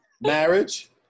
Marriage